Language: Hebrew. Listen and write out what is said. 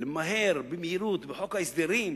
למהר בחוק ההסדרים,